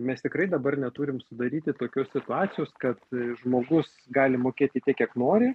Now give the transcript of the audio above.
mes tikrai dabar neturim sudaryti tokios situacijos kad žmogus gali mokėti tiek kiek nori